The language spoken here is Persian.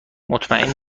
مطمئن